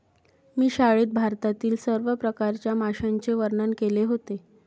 मी शाळेत भारतातील सर्व प्रकारच्या माशांचे वर्णन केले होते